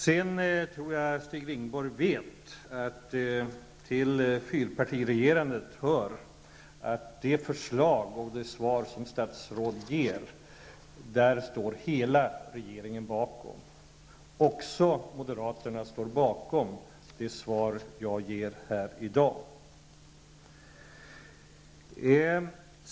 Sedan tror jag att Stig Rindborg vet att det till fyrpartiregerandet hör att hela regeringen står bakom det förslag och det svar som statsråd ger. Även moderaterna står bakom det svar jag ger här i dag.